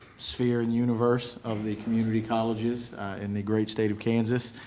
sphere and universe of the community colleges in the great state of kansas,